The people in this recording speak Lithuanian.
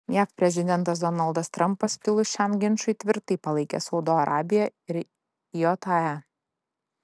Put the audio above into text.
jav prezidentas donaldas trampas kilus šiam ginčui tvirtai palaikė saudo arabiją ir jae